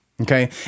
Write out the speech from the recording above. okay